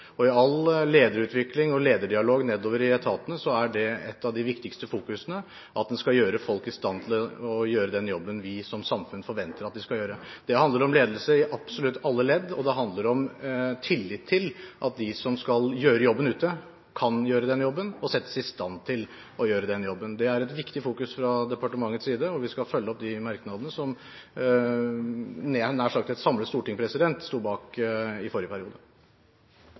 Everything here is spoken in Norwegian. i eget ansvar. I all lederutvikling og lederdialog nedover i etatene er det et av de viktigste fokusene, at en skal gjøre folk i stand til å gjøre den jobben vi som samfunn forventer at de skal gjøre. Det handler om ledelse i absolutt alle ledd, og det handler om tillit til at de som skal gjøre jobben ute, kan gjøre den jobben og settes i stand til å gjøre den jobben. Det er et viktig fokus fra departementets side, og vi skal følge opp de merknadene som, nær sagt, et samlet storting sto bak i forrige periode.